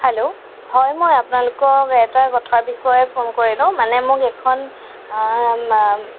hello হয় মই আপোনালোকক এটা কথাৰ বাবে ফোন কৰিলোঁ মানে মোক এখন